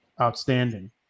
outstanding